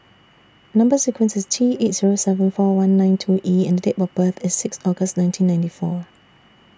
Number sequence IS T eight Zero seven four one nine two E and Date of birth IS six August nineteen ninety four